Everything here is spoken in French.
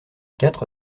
quatre